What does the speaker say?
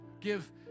give